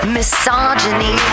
Misogyny